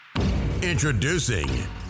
Introducing